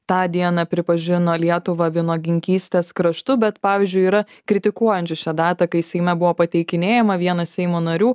tą dieną pripažino lietuvą vynuoginkystės kraštu bet pavyzdžiui yra kritikuojančių šią datą kai seime buvo pateikinėjama vienas seimo narių